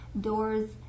doors